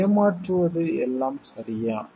ஏமாற்றுவது எல்லாம் சரியா